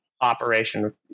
operation